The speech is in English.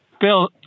Bill